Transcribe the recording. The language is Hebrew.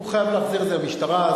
הוא חייב להחזיר את זה למשטרה.